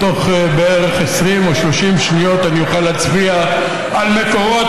תוך 20 או 30 שניות אני אוכל להצביע על מקורות